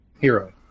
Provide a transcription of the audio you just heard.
Hero